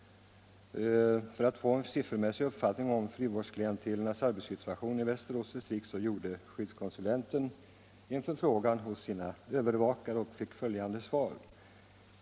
För att få en siffermässig uppfattning om arbetssituationen inom Västerås distrikt för frivårdsklientelet gjorde skyddskonsulenten en förfrågan hos sina övervakare och fick följande svar.